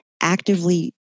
actively